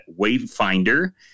Wavefinder